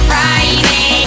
Friday